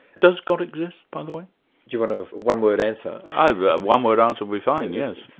does god exist, by the way? do you want a one word answer? ah a one word answer would be fine, yes.